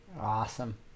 awesome